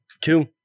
Two